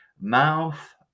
mouth